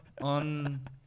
on